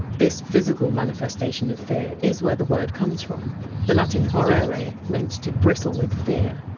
this physical manifestation of fear is where the word comes from the latin! horrere! meant! to bristle with fear,